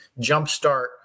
jumpstart